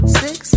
six